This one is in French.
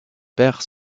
perd